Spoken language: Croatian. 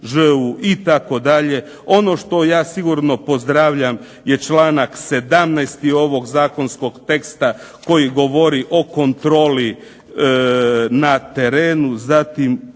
Ono što ja sigurno pozdravljam je članak 17. ovog zakonskog teksta koji govori o kontroli na terenu,